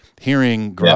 hearing